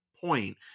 point